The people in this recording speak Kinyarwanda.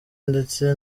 ndetse